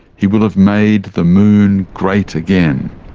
he will have made the moon great again.